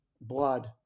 blood